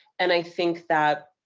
and i think that,